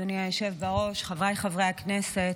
אדוני היושב-בראש, חבריי חברי הכנסת,